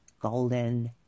golden